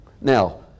Now